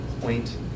point